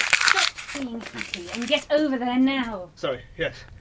stop being happy and get over there now! sorry, yes,